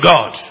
God